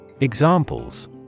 Examples